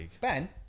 Ben